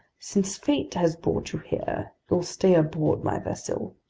since fate has brought you here, you'll stay aboard my vessel.